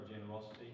generosity